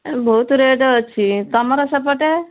ଏ ବହୁତ ରେଟ୍ ଅଛି ତମର ସେପଟେ